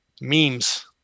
memes